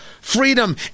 freedom